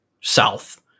south